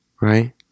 Right